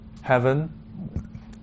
heaven